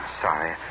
sorry